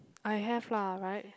I have lah right